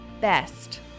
best